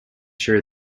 sure